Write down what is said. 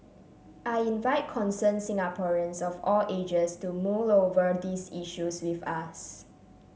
I invite concerned Singaporeans of all ages to mull over these issues with us